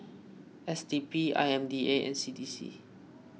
S D P I M D A and C D C